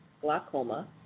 glaucoma